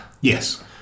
Yes